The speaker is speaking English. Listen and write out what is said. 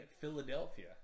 Philadelphia